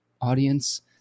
audience